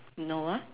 no